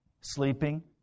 Sleeping